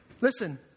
listen